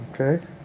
okay